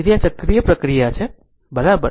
તેથી તે એક ચક્રીય પ્રક્રિયા છે બરાબર